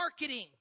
marketing